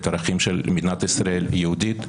את הערכים של מדינת ישראל יהודית,